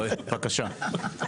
בבקשה.